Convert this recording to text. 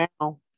now